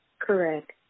Correct